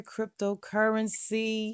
Cryptocurrency